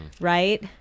right